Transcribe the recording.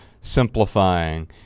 simplifying